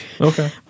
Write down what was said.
Okay